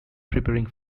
preparing